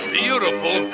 beautiful